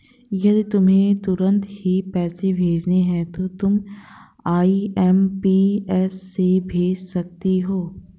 यदि तुम्हें तुरंत ही पैसे भेजने हैं तो तुम आई.एम.पी.एस से भेज सकती हो